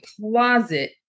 closet